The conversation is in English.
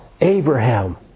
Abraham